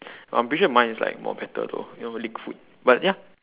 I'm pretty sure mine is like more better though you know lick food but ya